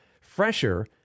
fresher